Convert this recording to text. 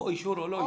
אישור או לא אישור,